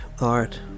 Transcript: art